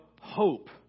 hope